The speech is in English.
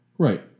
Right